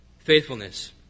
Faithfulness